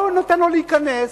לא נותן לו להיכנס,